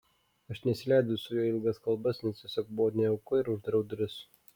aš nesileidau su juo į ilgas kalbas nes tiesiog buvo nejauku ir uždariau duris